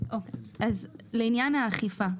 לעניין האכיפה,